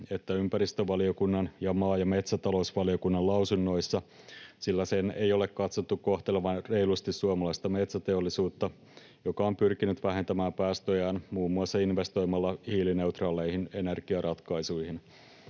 että ympäristövaliokunnan ja maa- ja metsätalousvaliokunnan lausunnoissa, sillä sen ei ole katsottu kohtelevan reilusti suomalaista metsäteollisuutta, joka on pyrkinyt vähentämään päästöjään muun muassa investoimalla hiilineutraaleihin energiaratkaisuihin.